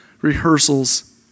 rehearsals